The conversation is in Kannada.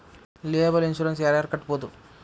ಲಿಯೆಬಲ್ ಇನ್ಸುರೆನ್ಸ ಯಾರ್ ಯಾರ್ ಕಟ್ಬೊದು